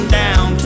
down